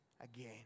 again